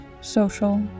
social